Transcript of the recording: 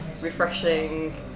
refreshing